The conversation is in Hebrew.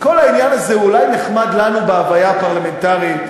כל העניין הזה אולי נחמד לנו בהוויה הפרלמנטרית,